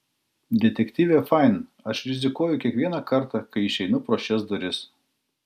detektyve fain aš rizikuoju kiekvieną kartą kai išeinu pro šias duris